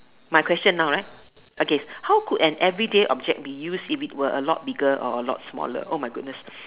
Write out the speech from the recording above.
my question now right okay how could an everyday object be used if it was a lot bigger or a lot smaller [oh]-my-goodness